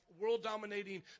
world-dominating